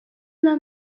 learn